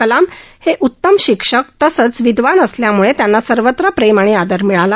कलाम हे उत्तम शिक्षक तसंच अतिशय विदवान असल्यामुळे त्यांना सर्वत्र प्रेम आणि आदर मिळाला